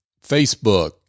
Facebook